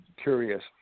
curious